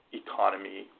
economy